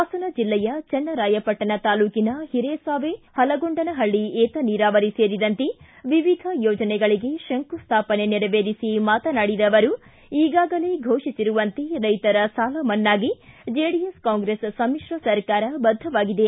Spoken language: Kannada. ಹಾಸನ ಜಿಲ್ಲೆಯ ಚನ್ನರಾಯಪಟ್ಟಣ ತಾಲೂಕಿನ ಹಿರೇಸಾವೆ ಹಲಗೊಂಡನಹಳ್ಳಿ ಏತನೀರಾವರಿ ಸೇರಿದಂತೆ ವಿವಿಧ ಯೋಜನೆಗಳಿಗೆ ಶಂಕು ಸ್ಥಾಪನೆ ನೆರವೇರಿಸಿ ಮಾತನಾಡಿದ ಅವರು ಈಗಾಗಲೇ ಘೋಷಿಸಿರುವಂತೆ ರೈತರ ಸಾಲ ಮನ್ನಾಗೆ ಜೆಡಿಎಸ್ ಕಾಂಗ್ರೆಸ್ ಸಮಿಶ್ರ ಸರ್ಕಾರ ಬದ್ದವಾಗಿದೆ